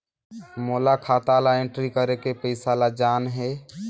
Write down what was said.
मोला खाता ला एंट्री करेके पइसा ला जान हे?